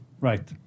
Right